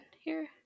Here-